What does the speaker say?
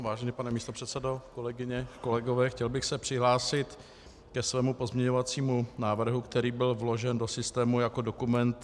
Vážený pane místopředsedo, kolegyně, kolegové, chtěl bych se přihlásit ke svému pozměňovacímu návrhu, který byl vložen do systému jako dokument 1144.